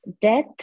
Death